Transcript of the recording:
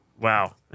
Wow